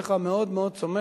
ועליך אני מאוד מאוד סומך,